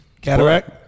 Cataract